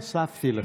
הוספתי לך.